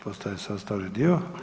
Postaje sastavni dio.